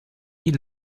wie